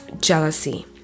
jealousy